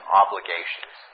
obligations